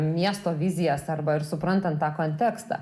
miesto vizijas arba ir suprantant tą kontekstą